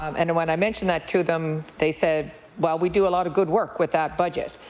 um and when i mentioned that to them, they said well, we do a lot of good work with that budget.